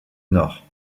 nord